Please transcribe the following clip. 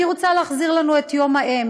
אני רוצה להחזיר לנו את יום האם.